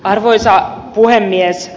arvoisa puhemies